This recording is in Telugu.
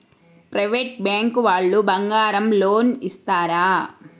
ప్రైవేట్ బ్యాంకు వాళ్ళు బంగారం లోన్ ఇస్తారా?